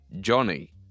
Johnny